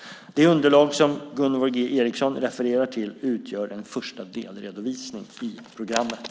Det underlag som Gunvor G Ericson refererar till utgör en första delredovisning i programmet.